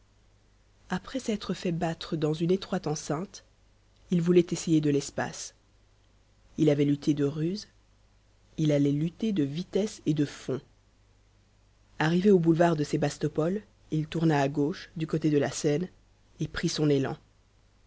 après s'être fait battre dans une étroite enceinte il voulait essayer de l'espace il avait lutté de ruses il allait lutter de vitesse et de fond arrivé au boulevard de sébastopol il tourna à gauche du côté de la seine et prit son élan